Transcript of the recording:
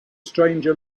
stranger